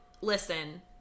listen